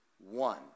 one